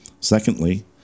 Secondly